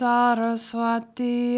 Saraswati